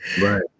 Right